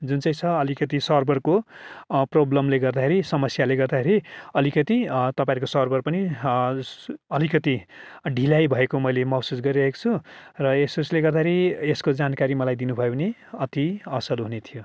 जुन चाहिँ छ अलिकति सर्बरको प्रब्लमले गर्दाखेरि समस्याले गर्दाखेरि अतिकति तपाईँहरूको सर्बर पनि अलिकति ढिलाइ भएको मैले महसुस गरिरहेको छु र यसोस्ले गर्दाखेरि यसको जानकारी मलाई दिनुभयो भने अति असल हुने थियो